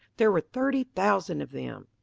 there were thirty thousand of them.